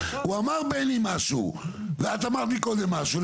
אמר בני משהו ואת אמרת מקודם משהו,